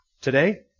Today